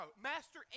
Master